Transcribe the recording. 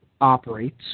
operates